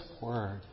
Word